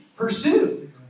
Pursue